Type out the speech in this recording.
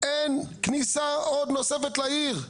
אין כניסה נוספת לעיר.